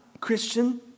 Christian